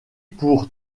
pour